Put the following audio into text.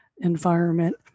environment